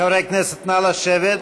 חברי הכנסת, נא לשבת.